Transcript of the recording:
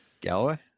Galloway